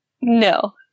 No